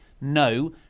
no